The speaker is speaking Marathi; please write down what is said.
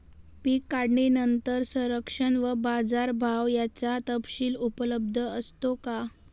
पीक काढणीनंतर संरक्षण व बाजारभाव याचा तपशील उपलब्ध असतो का?